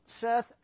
Seth